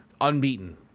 unbeaten